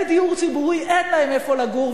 אין להם איפה לגור.